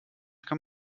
kann